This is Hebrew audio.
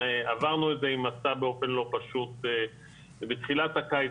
עברנו את זה עם מסע באופן לא פשוט בתחילת הקיץ,